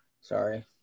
Sorry